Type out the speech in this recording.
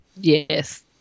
Yes